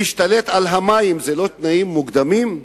להשתלט על המים זה לא תנאים מוקדמים?